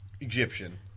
Egyptian